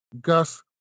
Gus